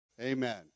Amen